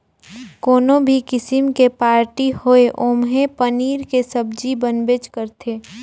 कोनो भी किसिम के पारटी होये ओम्हे पनीर के सब्जी बनबेच करथे